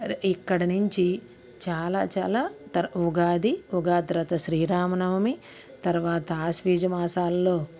ఇక్కడ నుంచి చాలా చాలా ఉగాది ఉగాది తరాత శ్రీరామనవమి తర్వాత ఆశ్రీజ మాసాల్లో